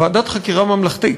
ועדת חקירה ממלכתית,